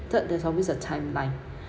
third there's always a timeline